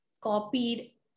copied